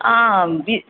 ಹಾಂ ಬಿ